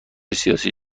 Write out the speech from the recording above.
سیاسی